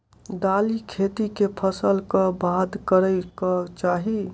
दालि खेती केँ फसल कऽ बाद करै कऽ चाहि?